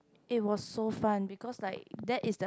it was so fun because like that is the